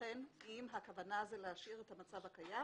אכן אם הכוונה היא להשאיר את המצב הקיים